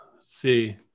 see